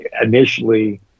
initially